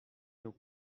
nous